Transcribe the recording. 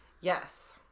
Yes